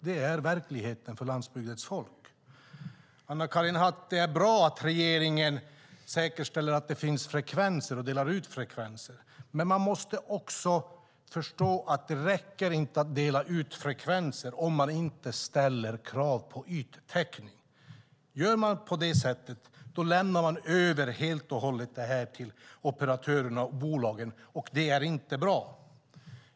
Det är verkligheten för landsbygdens folk. Det är bra, Anna-Karin Hatt, att regeringen säkerställer att det finns frekvenser och delar ut frekvenser. Men man måste också förstå att det inte räcker att dela ut frekvenser om man inte ställer krav på yttäckning. Gör man på det sättet lämnar man över helt till operatörerna och bolagen. Det är inte bra.